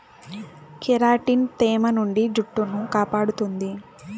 keratin తేమ నుండి జుట్టును కాపాడుతుంది